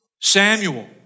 Samuel